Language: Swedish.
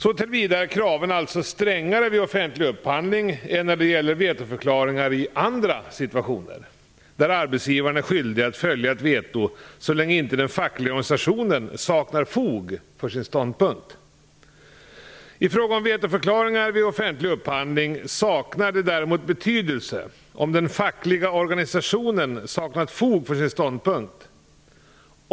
Så tillvida är kraven alltså strängare vid offentlig upphandling än när det gäller vetoförklaringar i andra situationer, där arbetsgivaren är skyldig att följa ett veto så länge inte den fackliga organisationen saknar fog för sin ståndpunkt. I fråga om vetoförklaringar vid offentlig upphandling saknar det däremot betydelse om den fackliga organisationen saknat fog för sin ståndpunkt.